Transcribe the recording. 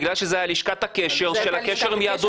בגלל שזה היה לשכת הקשר של הקשר עם יהדות